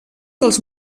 dels